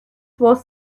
was